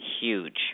huge